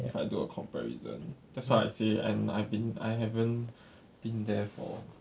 if I do a comparison that's why I say and I have been I haven't been there for